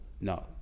No